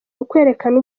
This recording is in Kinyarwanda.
ukwerekana